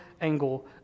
angle